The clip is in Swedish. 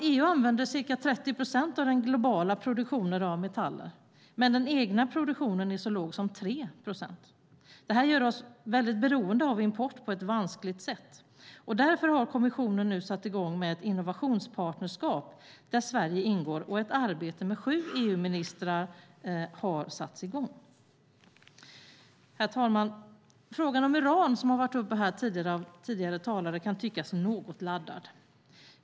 EU använder ca 30 procent av den globala produktionen av metaller, men den egna produktionen är så låg som 3 procent. Det gör oss beroende av import på ett vanskligt sätt. Därför har kommissionen nu satt i gång ett innovationspartnerskap där Sverige ingår, och ett arbete med sju EU-ministrar har satts i gång. Herr talman! Frågan om uran, som tagits upp av tidigare talare, kan tyckas något laddad.